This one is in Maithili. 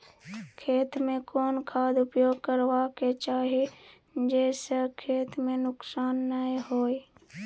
खेत में कोन खाद उपयोग करबा के चाही जे स खेत में नुकसान नैय होय?